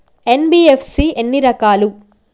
NBFC ఎన్ని రకాలు?